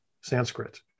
Sanskrit